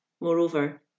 Moreover